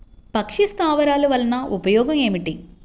పక్షి స్థావరాలు వలన ఉపయోగం ఏమిటి?